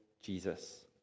Jesus